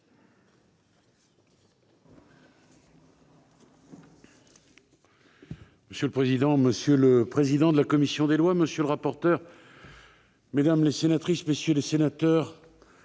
Monsieur le président, monsieur le président de la commission des lois, monsieur le rapporteur, mesdames les sénatrices, messieurs les sénateurs,